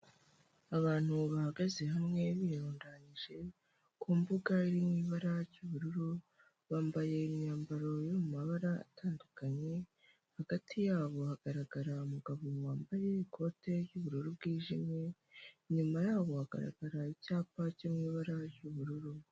Abantu bahagaze hamwe birundanyije ku mbuga y'ibara ry'ubururu, bambaye imyambaro yo mu mabara atandukanye, hagati yabo hagaragara umugabo wambaye ikote ry'ubururu bwijimye, inyuma yabo hagaragara icyapa cyo mu ibara ry'ubururu.